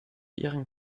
ihren